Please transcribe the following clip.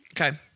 Okay